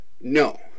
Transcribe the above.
no